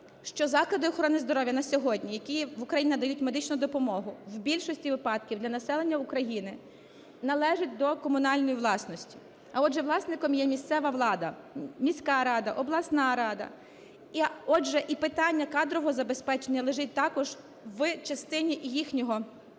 заклади охорони здоров'я на сьогодні, які в Україні надають медичну допомогу в більшості випадків для населення України, належать до комунальної власності, а отже, власником є місцева влада, міська рада, обласна рада. Отже, і питання кадрового забезпечення лежить також в частині їхньої відповідальності.